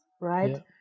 right